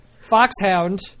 Foxhound